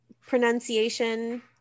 pronunciation